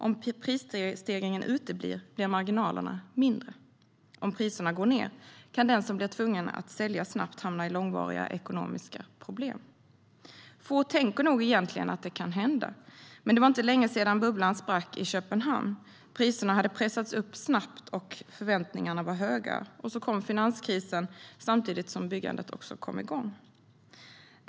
Om prisstegringen uteblir blir marginalerna mindre. Om priserna går ned kan den som blir tvungen att sälja snabbt hamna i långvariga ekonomiska problem. Få tänker nog egentligen att det kan hända. Men det var inte länge sedan bubblan sprack i Köpenhamn. Priserna hade pressats upp snabbt, och förväntningarna var höga. Så kom finanskrisen samtidigt som byggandet kom igång.